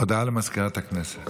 הודעה לסגנית מזכיר הכנסת.